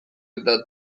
eta